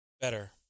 better